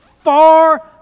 far